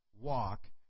walk